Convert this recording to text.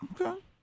Okay